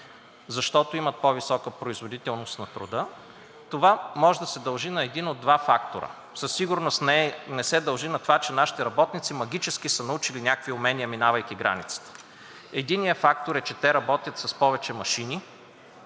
защото имат по-висока производителност на труда, това може да се дължи на един от два фактора. Със сигурност не се дължи на това, че нашите работници магически са научили някакви умения, минавайки границата. Единият фактор е, че те работят с повече машини